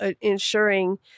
ensuring